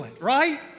right